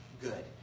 good